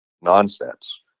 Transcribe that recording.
nonsense